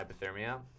hypothermia